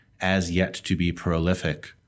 as-yet-to-be-prolific